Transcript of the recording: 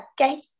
Okay